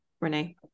renee